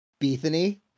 Bethany